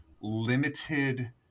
limited